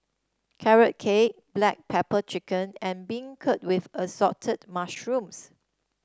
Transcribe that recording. Carrot Cake Black Pepper Chicken and beancurd with Assorted Mushrooms